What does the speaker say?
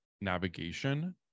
navigation